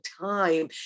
time